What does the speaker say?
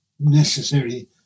necessary